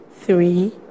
three